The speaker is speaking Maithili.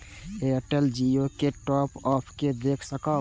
एयरटेल जियो के टॉप अप के देख सकब?